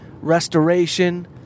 Restoration